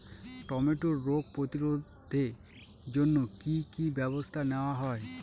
টমেটোর রোগ প্রতিরোধে জন্য কি কী ব্যবস্থা নেওয়া হয়?